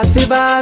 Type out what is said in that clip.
Siva